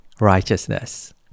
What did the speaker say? righteousness